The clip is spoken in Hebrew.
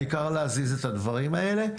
העיקר להזיז את הדברים האלה.